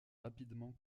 rapidement